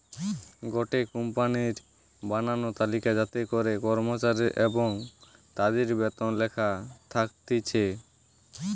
গটে কোম্পানির বানানো তালিকা যাতে করে কর্মচারী এবং তাদির বেতন লেখা থাকতিছে